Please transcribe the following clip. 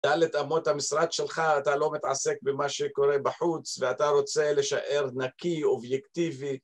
דלת אמות המשרד שלך, אתה לא מתעסק במה שקורה בחוץ, ואתה רוצה להישאר נקי, אובייקטיבי.